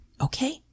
Okay